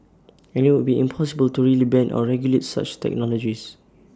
and IT would be impossible to really ban or regulate such technologies